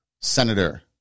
senator